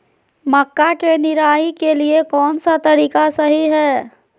मक्का के निराई के लिए कौन सा तरीका सही है?